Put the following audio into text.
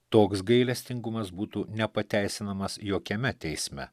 toks gailestingumas būtų nepateisinamas jokiame teisme